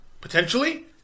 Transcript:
potentially